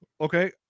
Okay